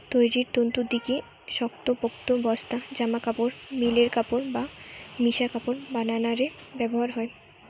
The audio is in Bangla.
তৈরির তন্তু দিকি শক্তপোক্ত বস্তা, জামাকাপড়, মিলের কাপড় বা মিশা কাপড় বানানা রে ব্যবহার হয়